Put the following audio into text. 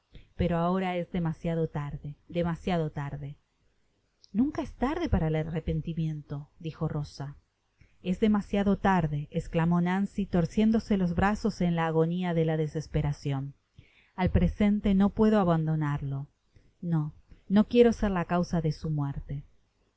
pero ahora es demasiado tarde demasiado tarde nunca es tarde pana el arrepentimiento dijo rosa es demasiado arde esclamó nancy torciéndose los brazos en la agonia de la desesperacion al presenle no puedo abanjh'narle l no no quiero ser fa causa de su muerte